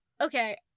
Okay